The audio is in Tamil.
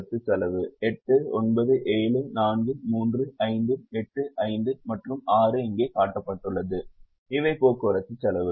போக்குவரத்து செலவு 8 9 7 4 3 5 8 5 மற்றும் 6 இங்கே காட்டப்பட்டுள்ளது இவை போக்குவரத்து செலவுகள்